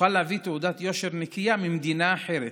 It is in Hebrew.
יוכל להביא תעודת יושר נקייה ממדינה אחרת.